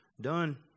done